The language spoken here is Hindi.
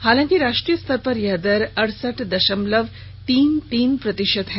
हालांकि राष्ट्रीय स्तर पर यह दर अड़सठ दशलव तीन तीन प्रतिशत है